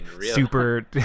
super